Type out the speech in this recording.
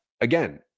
Again